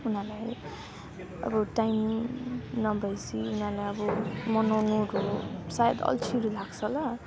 उनीहरूलाई अब टाइम नभएपछि उनीहरूलाई अब मनाउनुहरू सायद अल्छिहरू लाग्छ होला